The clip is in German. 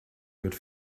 mit